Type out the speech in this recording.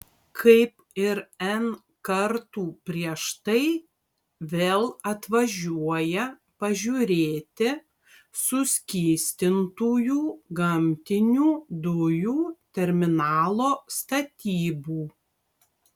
kaip ir n kartų prieš tai vėl atvažiuoja pažiūrėti suskystintųjų gamtinių dujų terminalo statybų